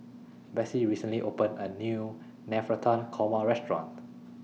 Besse recently opened A New Navratan Korma Restaurant